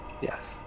Yes